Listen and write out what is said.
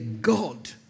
God